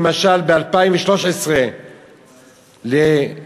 למשל ב-2013 בחור